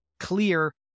clear